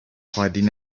hiding